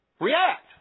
react